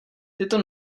tyto